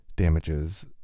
damages